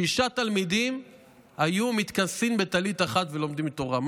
שישה תלמידים היו מתכסין בטלית אחת ולומדים תורה.